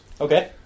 Okay